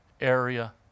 area